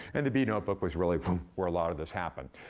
and the b notebook was really where a lot of this happened.